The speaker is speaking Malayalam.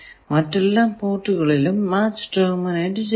മറ്റെല്ലാ പോർട്ടുകളും മാച്ച് ടെർമിനേറ്റ് ചെയ്യുക